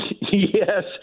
Yes